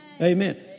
Amen